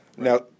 Now